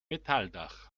metalldach